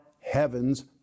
heaven's